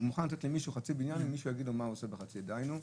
דהיינו,